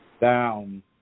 Down